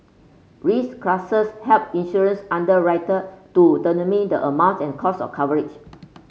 risk classes help insurance underwriter to the amount and cost of coverage